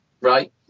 right